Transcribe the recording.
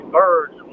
birds